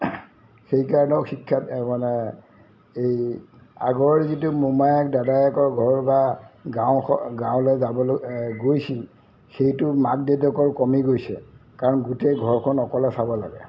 সেইকাৰণেও শিক্ষাত এই মানে এই আগৰ যিটো মোমায়েক দাদায়েকৰ ঘৰ বা গাঁও ঘৰ গাঁৱলৈ যাবলৈ গৈছিল সেইটো মাক দেউদকৰ কমি গৈছে কাৰণ গোটেই ঘৰখন অকলে চাব লাগে